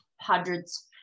Hundreds